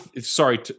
sorry